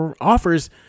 offers